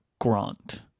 grant